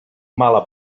mala